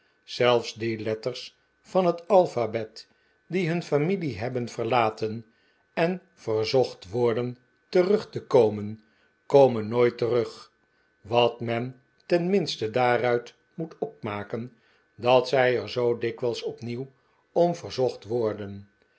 zelfs die letters van het alphabet die hun familie hebben verlaten en verzocht worden terug te komen komen nooit terug wat men tenminste daaruit moet opmaken dat zij er zoo dikwijls opnieuw om verzocht worden